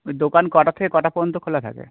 দোকান কটা থেকে কটা পর্যন্ত খোলা থাকে